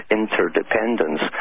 interdependence